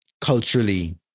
culturally